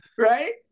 right